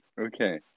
Okay